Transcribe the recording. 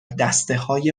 دستههای